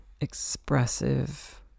expressive